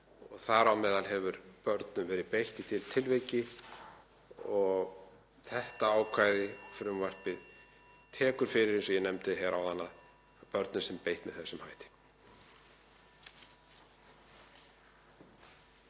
Þar á meðal hefur börnum verið beitt í því tilviki og þetta ákvæði frumvarpsins tekur fyrir, eins og ég nefndi áðan, að börnum sé beitt með þessum hætti.